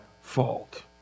fault